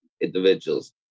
individuals